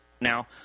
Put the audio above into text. Now